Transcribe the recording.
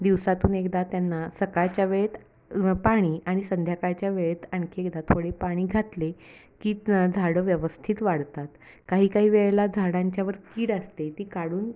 दिवसातून एकदा त्यांना सकाळच्या वेळेत पाणी आणि संध्याकाळच्या वेळेत आणखी एकदा थोडे पाणी घातले की झाडं व्यवस्थित वाढतात काही काही वेळेला झाडांच्यावर कीड असते ती काढून